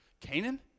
Canaan